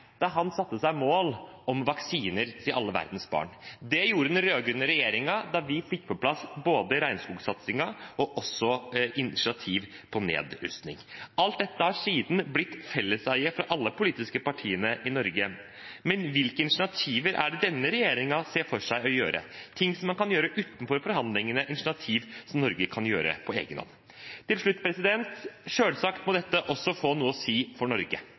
da den satte seg mål om vaksiner til alle verdens barn. Det gjorde den rød-grønne regjeringen da den fikk på plass regnskogsatsingen og også tok initiativ til nedrustning. Alt dette har siden blitt felleseie for alle politiske partier i Norge. Men hvilke initiativ er det denne regjeringen ser for seg å ta, ting man kan gjøre utenfor forhandlingene, initiativ som Norge kan ta på egen hånd? Til slutt: Selvsagt må dette også få noe å si for Norge.